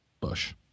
bush